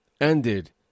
ended